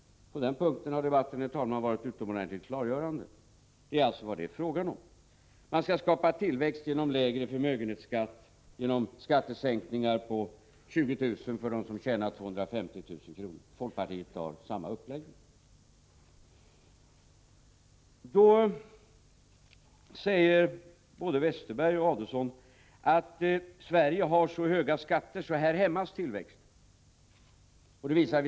På den punkten har debatten varit utomordentligt klargörande. Detta är alltså vad det är fråga om. Man skall skapa tillväxt genom lägre förmögenhetsskatt och genom skattesänkningar på 20 000 kr. för dem som tjänar 250 000 kr. Folkpartiet har samma uppläggning. Både Bengt Westerberg och Ulf Adelsohn säger att Sverige har så höga skatter att tillväxten hämmas här.